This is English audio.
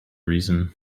reason